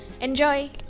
Enjoy